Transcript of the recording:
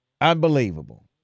Unbelievable